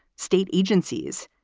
state agencies,